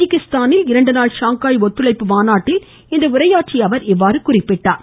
தஜிகிஸ்தானில் இரண்டுநாள் ஷாங்காய் ஒத்துழைப்பு மாநாட்டில் இன்று உரையாற்றிய அவர் இதனை தெரிவித்தார்